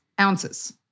ounces